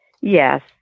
Yes